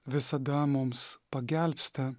visada mums pagelbsti